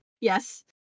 Yes